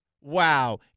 wow